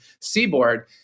seaboard